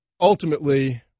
ultimately